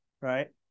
right